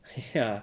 ya